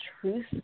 truth